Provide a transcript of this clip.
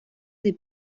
des